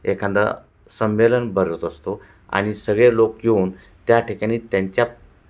एखादा संमेलन भरवत असतो आणि सगळे लोक येऊन त्या ठिकाणी त्यांच्या